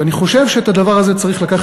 ואני חושב שאת הדבר הזה צריך להביא